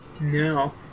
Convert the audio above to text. No